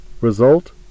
Result